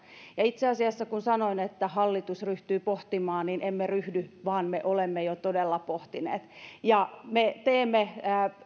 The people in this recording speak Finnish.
ja itse asiassa kun sanoin että hallitus ryhtyy pohtimaan niin emme ryhdy vaan me todella jo olemme pohtineet me teemme